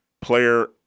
player